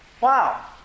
Wow